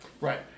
Right